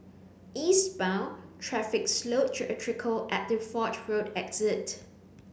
eastbound traffic slowed to a trickle at the Fort Road exit